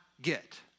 get